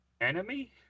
Enemy